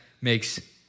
makes